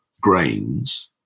grains